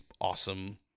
awesome